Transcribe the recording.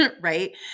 right